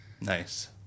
Nice